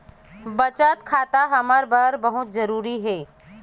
का खाता हमर बर बहुत जरूरी हे का?